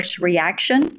reaction